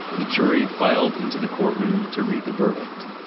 the jury filed into the courtroom to read the verdict.